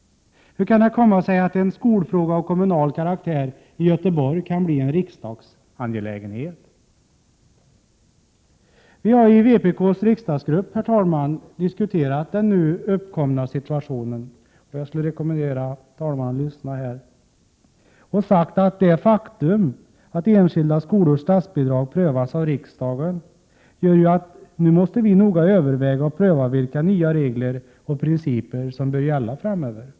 Hur kan det komma sig att en skolfråga av kommunal karaktär i Göteborg kan bli en angelägenhet för riksdagen? Herr talman! Vi har i vpk:s riksdagsgrupp diskuterat den nu uppkomna situationen. Vi har därvid sagt — och här skulle jag rekommendera talmannen att lyssna — att det faktum att enskilda skolors statsbidrag prövas av riksdagen gör att vi nu noga måste överväga att ompröva vilka regler och principer som bör gälla framöver.